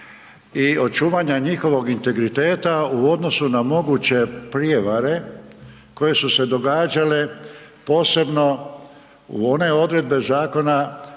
i očuvanja njihovog integriteta u odnosu na moguće prijevare koje su se događale, posebno u one odredbe zakona